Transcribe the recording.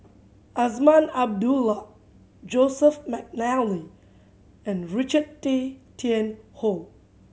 Azman Abdullah Joseph McNally and Richard Tay Tian Hoe